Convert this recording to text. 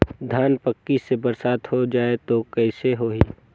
धान पक्की से बरसात हो जाय तो कइसे हो ही?